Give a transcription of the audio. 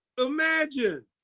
Imagine